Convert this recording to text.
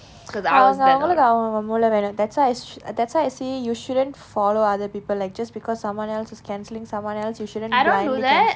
அவங்க அவ்வளவுதான் அவங்க முளை வேணும்:avnga avvalvuthaan avnga mulai vaenum that's why that's why I see you shouldn't follow other people like just because someone else is cancelling someone else you shouldn't blindly cancel